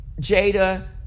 Jada